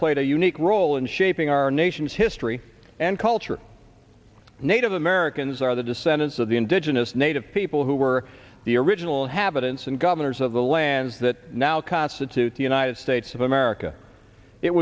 played a unique role in shaping our nation's history and culture native americans are the descendants of the indigenous native people who were the original inhabitants and governors of the lands that now constitute the united states of america it